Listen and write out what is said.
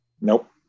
nope